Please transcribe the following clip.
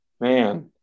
man